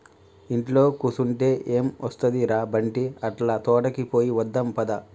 ఇంట్లో కుసంటే ఎం ఒస్తది ర బంటీ, అట్లా తోటకి పోయి వద్దాం పద